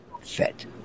fit